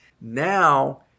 Now